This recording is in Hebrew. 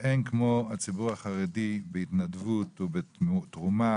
לכך שאין כמו הציבור החרדי בתחומי התנדבות ותרומה.